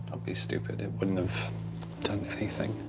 don't be stupid, it wouldn't have done anything.